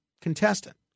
contestant